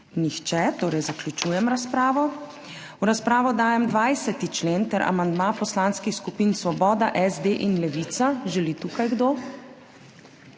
Nihče. Zaključujem razpravo. V razpravo dajem 20. člen ter amandma poslanskih skupin Svoboda, SD in Levica. Želi tukaj kdo?